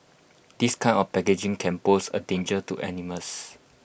this kind of packaging can pose A danger to animals